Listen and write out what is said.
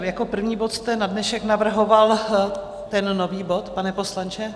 Jako první bod jste na dnešek navrhoval ten nový bod, pane poslanče?